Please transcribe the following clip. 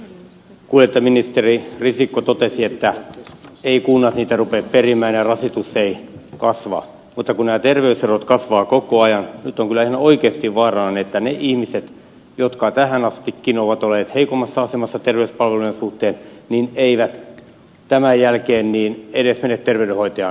kuulin että ministeri risikko totesi että eivät kunnat niitä rupea perimään ja rasitus ei kasva mutta kun nämä terveyserot kasvavat koko ajan nyt on kyllä ihan oikeasti vaarana että ne ihmiset jotka tähän astikin ovat olleet heikommassa asemassa terveyspalveluiden suhteen eivät tämän jälkeen edes mene terveydenhoitajan puheille